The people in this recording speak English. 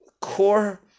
Core